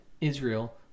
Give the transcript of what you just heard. Israel